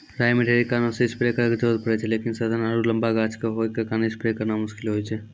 राई मे ढेरी कारणों से स्प्रे करे के जरूरत पड़े छै लेकिन सघन आरु लम्बा गाछ होय के कारण स्प्रे करना मुश्किल होय छै?